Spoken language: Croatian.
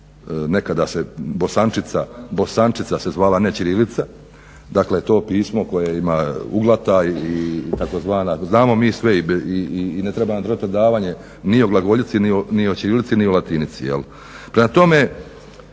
nekada se bosančica, bosančica se zvala a ne ćirilica, dakle to pismo koje ima uglata i tzv., znamo mi sve i ne treba nam držat predavanje ni o glagoljici ni o ćirilici ni o latinici. Prema tome,